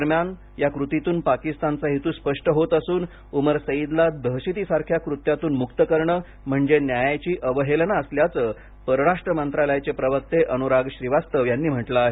दरम्यान या कृतीतून पाकिस्तानचा हेतू स्पष्ट होत असून उमर सईदला दहशतीसारख्या कृत्यातून मुक्त करणे म्हणजे न्यायाची अवहेलना असल्याचं परराष्ट्र मंत्रालयाचे प्रवक्ते अनुराग श्रीवास्तहव यांनी म्हटलं आहे